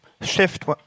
shift